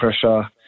pressure